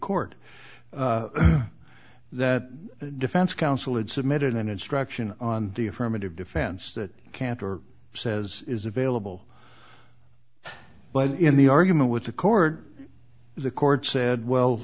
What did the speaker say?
court that the defense counsel had submitted an instruction on the affirmative defense that can't or says is available but in the argument with the court the court said well